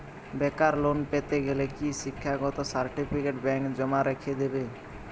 বেকার লোন পেতে গেলে কি শিক্ষাগত সার্টিফিকেট ব্যাঙ্ক জমা রেখে দেবে?